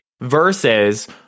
Versus